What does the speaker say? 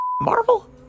Marvel